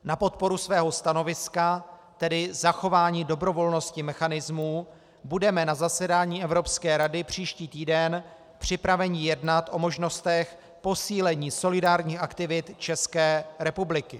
Na podporu svého stanoviska, tedy zachování dobrovolnosti mechanismů, budeme na zasedání Evropské rady příští týden připraveni jednat o možnostech posílení solidárních aktivit České republiky.